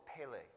pele